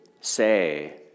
say